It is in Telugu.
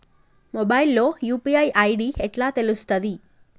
మొబైల్ లో యూ.పీ.ఐ ఐ.డి ఎట్లా తెలుస్తది?